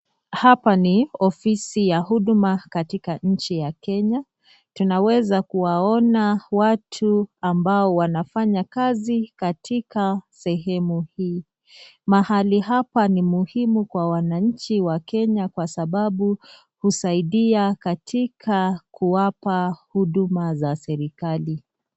Hapa ni ofisi ya huduma katika nchi ya Kenya .Tunaweza kuwaona watu ambao wanafanya kazi katika sehemu hii. Mahali hapa ni muhimu kwa wananchi wa Kenya kwa sababu husaidia katika kuwapa huduma za serikali.